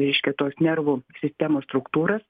reiškia tos nervų sistemos struktūras